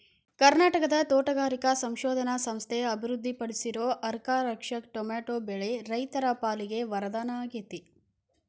ಕರ್ನಾಟಕದ ತೋಟಗಾರಿಕಾ ಸಂಶೋಧನಾ ಸಂಸ್ಥೆ ಅಭಿವೃದ್ಧಿಪಡಿಸಿರೋ ಅರ್ಕಾರಕ್ಷಕ್ ಟೊಮೆಟೊ ಬೆಳೆ ರೈತರ ಪಾಲಿಗೆ ವರದಾನ ಆಗೇತಿ